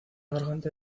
garganta